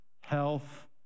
health